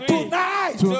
Tonight